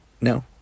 No